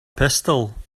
pistol